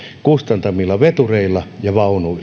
kustantamilla vetureilla ja vaunuilla